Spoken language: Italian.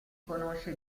conosce